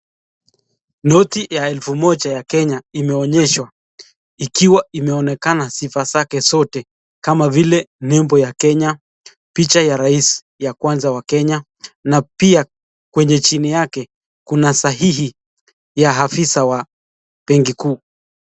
Noti ya elfu moja ya Kenya imeonyeshwa ikiwa imeonekana sifa zake zote kama vile nembo ya Kenya, picha ya rais ya kwaza wa Kenya na pia kwenye chini yake, kuna sahihi ya afisa wa benki kuu.